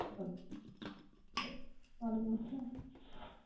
چلو چلو وعلیکُم اَسلام